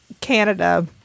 Canada